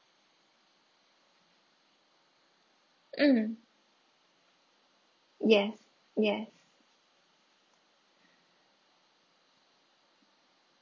mm yes yes